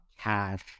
cash